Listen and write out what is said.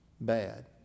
Bad